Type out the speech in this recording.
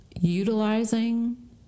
utilizing